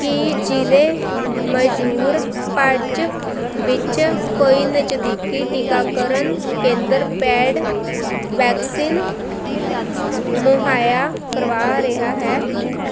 ਕੀ ਜ਼ਿਲ੍ਹੇ ਮਯੂਰਭੰਜ ਵਿੱਚ ਕੋਈ ਨਜ਼ਦੀਕੀ ਟੀਕਾਕਰਨ ਕੇਂਦਰ ਪੇਡ ਵੈਕਸੀਨ ਮੁਹੱਈਆ ਕਰਵਾ ਰਿਹਾ ਹੈ